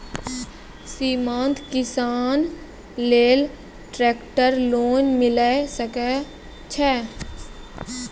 सीमांत किसान लेल ट्रेक्टर लोन मिलै सकय छै?